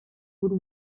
would